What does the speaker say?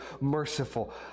merciful